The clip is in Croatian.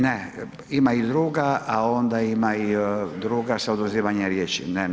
Ne, ima i druga, a onda ima i druga sa oduzimanjem riječi.